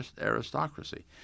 aristocracy